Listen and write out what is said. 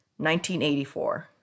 1984